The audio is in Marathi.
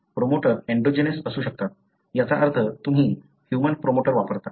प्रोमोटर एन्डोजेनस असू शकतात याचा अर्थ तुम्ही ह्यूमन प्रोमोटर वापरता